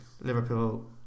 Liverpool